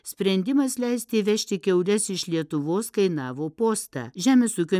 sprendimas leisti įvežti kiaules iš lietuvos kainavo postą žemės ūkio